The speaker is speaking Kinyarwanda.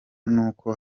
nuko